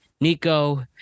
Nico